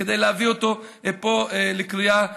כדי להביא אותו לקריאה ראשונה.